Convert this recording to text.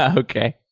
ah okay.